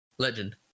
Legend